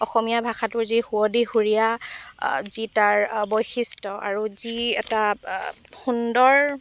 অসমীয়া ভাষাটোৰ যি সুৱদী সুৰীয়া যি তাৰ বৈশিষ্ট্য আৰু যি এটা সুন্দৰ